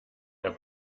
der